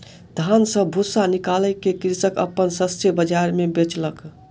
धान सॅ भूस्सा निकाइल के कृषक अपन शस्य बाजार मे बेचलक